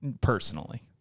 personally